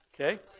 Okay